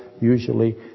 usually